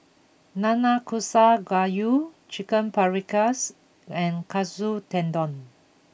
Nanakusa Gayu Chicken Paprikas and Katsu Tendon